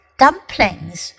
dumplings